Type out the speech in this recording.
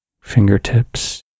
fingertips